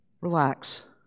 Relax